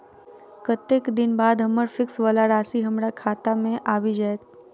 कत्तेक दिनक बाद हम्मर फिक्स वला राशि हमरा खाता मे आबि जैत?